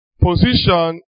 position